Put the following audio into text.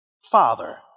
Father